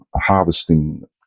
harvesting